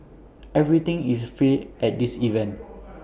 everything is free at this event